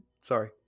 Sorry